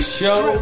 show